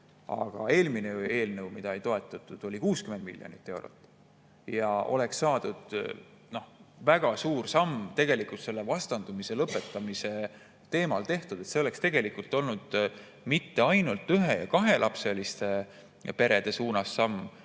Aga eelmises eelnõus, mida ei toetatud, oli 60 miljonit eurot, ja oleks saadud väga suur samm tegelikult selle vastandumise lõpetamise teemal tehtud. See oleks olnud mitte ainult samm ühe‑ ja kahelapseliste perede suunas,